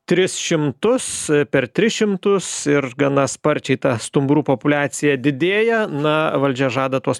tris šimtus per tris šimtus ir gana sparčiai ta stumbrų populiacija didėja na valdžia žada tuos